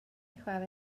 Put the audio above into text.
chwarae